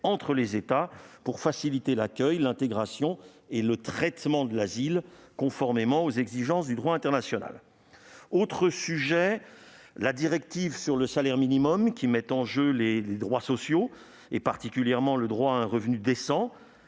entre les États afin de faciliter l'accueil, l'intégration et le traitement de l'asile conformément aux exigences du droit international. Autre sujet : la directive sur le salaire minimum met en jeu les droits sociaux, et en particulier le droit à un revenu décent.